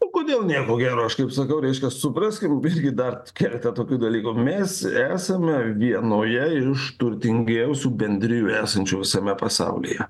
o kodėl ne ko gero aš kaip sakau reikia supraskim irgi dar keletą tokių dalykų mes esame vienoje iš turtingiausių bendrijų esančių visame pasaulyje